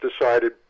decided